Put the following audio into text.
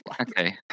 Okay